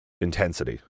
intensity